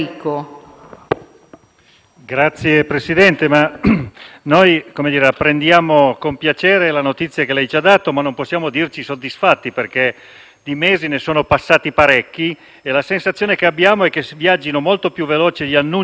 che noi apprendiamo con piacere la notizia che ha dato, ma non possiamo dirci soddisfatti, perché di mesi ne sono passati parecchi e la nostra sensazione è che viaggino molto più veloce gli annunci delle cose che si fanno o che si faranno, che non i fatti pratici.